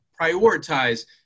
prioritize